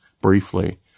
briefly